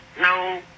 no